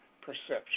perception